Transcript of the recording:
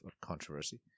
controversy